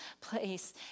place